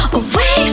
away